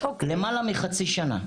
למעלה מחצי שנה.